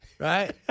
Right